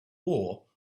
war